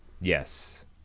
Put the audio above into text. Yes